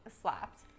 slapped